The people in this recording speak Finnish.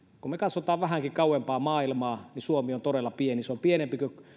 kun katsomme vähänkin kauempaa maailmaa niin suomi on todella pieni